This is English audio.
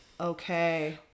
Okay